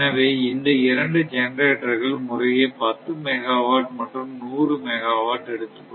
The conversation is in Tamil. எனவே இந்த இரண்டு ஜெனரேட்டர்கள் முறையே 10 மெகாவாட் மற்றும் 100 மெகாவாட் எடுத்துக்கொள்கிறது